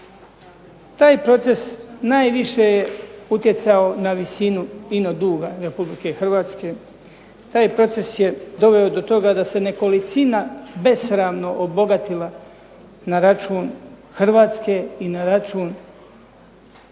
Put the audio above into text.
Taj proces najviše je utjecao na visinu ino duga RH. Taj proces je doveo do toga da se nekolicina besramno obogatila na račun Hrvatske i na račun Hrvata